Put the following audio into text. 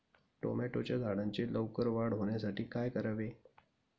टोमॅटोच्या झाडांची लवकर वाढ होण्यासाठी काय करावे?